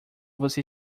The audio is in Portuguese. você